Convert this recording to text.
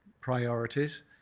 priorities